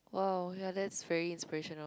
!wow! ya that's very inspirational